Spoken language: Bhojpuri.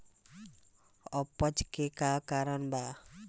अपच के का कारण बा?